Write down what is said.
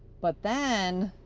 but then,